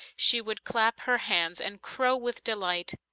she would clap her hands and crow with delight.